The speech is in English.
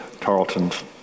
Tarleton's